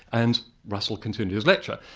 and russell continued his lecture.